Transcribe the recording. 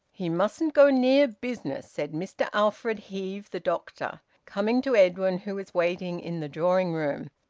he mustn't go near business, said mr alfred heve, the doctor, coming to edwin, who was waiting in the drawing-room,